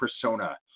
persona